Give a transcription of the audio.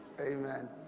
Amen